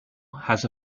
has